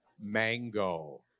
mango